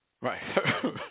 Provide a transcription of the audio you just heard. Right